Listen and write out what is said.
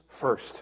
first